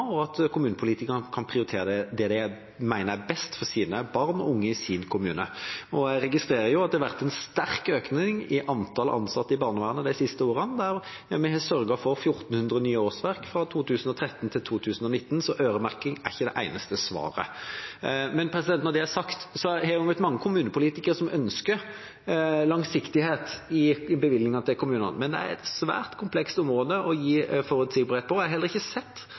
og at kommunepolitikerne kan prioritere det de mener er best for barn og unge i sin kommune. Jeg registrerer at det har vært en sterk økning i antall ansatte i barnevernet de siste åra, der vi har sørget for 1 400 nye årsverk fra 2013 til 2019. Så øremerking er ikke det eneste svaret. Når det er sagt, er det jo mange kommunepolitikere som ønsker langsiktighet i bevilgningene til kommunene, men det er et svært komplekst område å gi forutsigbarhet på. Jeg har heller ikke sett